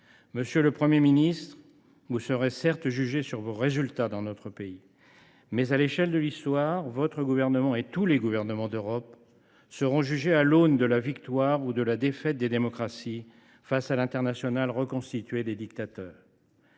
Monsieur le Premier ministre, vous serez certes jugé sur vos résultats dans notre pays, mais à l’échelle de l’histoire, votre gouvernement et tous les gouvernements d’Europe seront jugés à l’aune de la victoire ou de la défaite des démocraties face à l’internationale reconstituée des dictateurs.